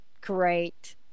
great